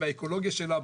באקולוגיה שלה,